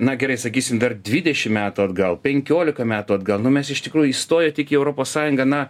na gerai sakysim dar dvidešim metų atgal penkiolika metų atgal nu mes iš tikrųjų įstoję tik į europos sąjungą na